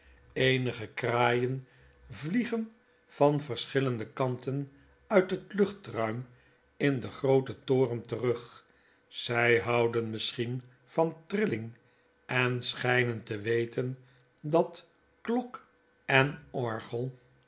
eenige kraaien vliegen van verschillende kanten uit het luchtruim in den grooten toren terug zij houden misschien van trilling en schijnen te weten dat klok en orgel